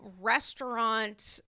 restaurant